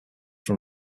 from